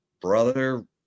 brother